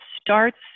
starts